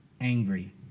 angry